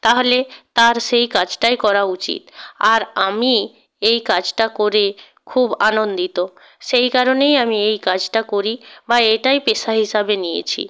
তাহলে তার সেই কাজটাই করা উচিত আর আমি এই কাজটা করে খুব আনন্দিত সেই কারণেই আমি এই কাজটা করি বা এইটাই পেশা হিসাবে নিয়েছি